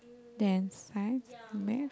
then Science Math